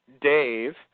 dave